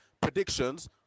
predictions